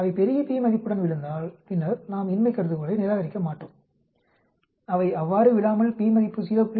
அவை பெரிய p மதிப்புடன் விழுந்தால் பின்னர் நாம் இன்மைக் கருதுகோளை நிராகரிக்கமாட்டோம் அவை அவ்வாறு விழாமல் p மதிப்பு 0